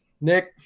Nick